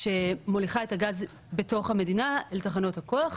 שמוליכה את הגז, בתוך המדינה, אל תחנות הכוח.